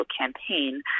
campaign